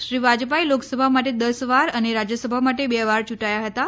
શ્રી વાજપાઈ લોકસભા માટે દશ વાર અને રાજ્યસભા માટે બે વાર ચૂંટાયા હતાં